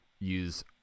use